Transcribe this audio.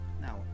now